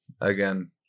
again